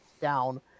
down